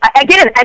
again